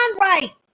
right